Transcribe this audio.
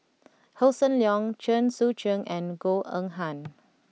Hossan Leong Chen Sucheng and Goh Eng Han